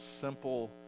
simple